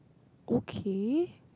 okay